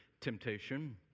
temptation